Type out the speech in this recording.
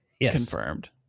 confirmed